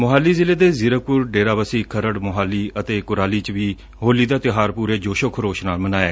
ਮੋਹਾਲੀ ਜ਼ਿਲ੍ਹੇ ਦੇ ਜ਼ੀਰਕਪੂਰ ਡੇਰਾਬੱਸੀ ਖਰੜ ਮੋਹਾਲੀ ਅਤੇ ਕੁਰਾਲੀ ਚ ਵੀ ਹੋਲੀ ਦਾ ਤਿਉਹਾਰ ਪੁਰੇ ਜੋਸ਼ੋ ਖਰੋਸ਼ ਨਾਲ ੱਮਨਾਇਆ